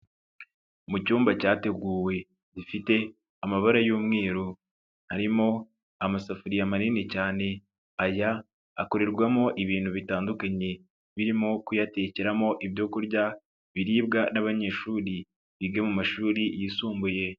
Mu cyumba cyateguwe gifite amabara y'umweru harimo amasafuriya manini cyane aya akorerwamo ibintu bitandukanye birimo kuyatekeramo ibyo kurya biribwa n'abanyeshuri biga mu mashuri yisumbuye.